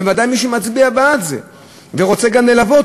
ודאי מי שמצביע בעד זה ורוצה גם ללוות.